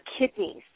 kidneys